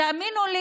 תאמינו לי,